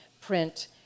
print